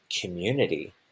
community